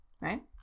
right